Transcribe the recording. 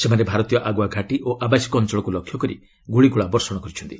ସେମାନେ ଭାରତୀୟ ଆଗ୍ରଆ ଘାଟି ଓ ଆବାସିକ ଅଞ୍ଚଳକ୍ ଲକ୍ଷ୍ୟ କରି ଗ୍ରଳିଗୋଳା ବର୍ଷଣ କରିଛନ୍ତି